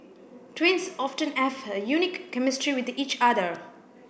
twins often have a unique chemistry with each other